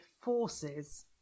forces